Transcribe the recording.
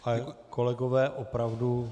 Ale kolegové, opravdu...